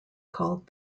called